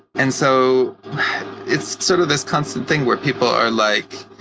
and so it's sort of this constant thing where people are like,